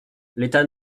l’état